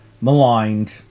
maligned